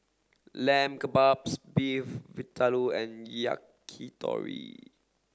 Lamb Kebabs Beef Vindaloo and Yakitori